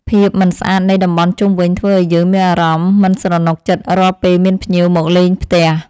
ភាពមិនស្អាតនៃតំបន់ជុំវិញធ្វើឱ្យយើងមានអារម្មណ៍មិនស្រណុកចិត្តរាល់ពេលមានភ្ញៀវមកលេងផ្ទះ។